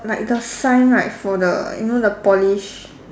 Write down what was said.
like the sign right for the you know the polish